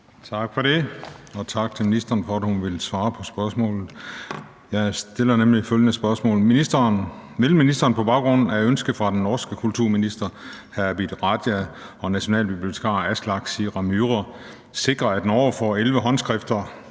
Tak for det, og tak til ministeren for, at hun ville svare på spørgsmålet. Jeg stiller nemlig følgende spørgsmål: Vil ministeren på baggrund af ønsket fra den norske kulturminister, Abid Q. Raja, og nationalbibliotekar, Aslak Sira Myhre, sikre, at Norge får 11 håndskrifter,